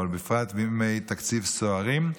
אבל בפרט בימי תקציב סוערים,